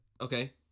Okay